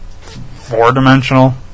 four-dimensional